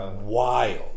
wild